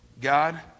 God